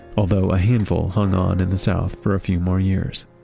although a handful hung on in the south for a few more years